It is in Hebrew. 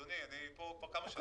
אדוני, אני כאן כבר כמה שנים.